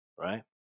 right